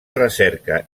recerca